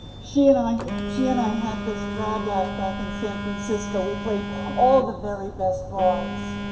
she and i, she and i had this drag act back in san francisco, we played all the very best bars.